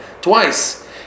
Twice